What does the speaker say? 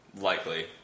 Likely